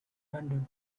london